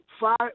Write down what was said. five